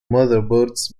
motherboards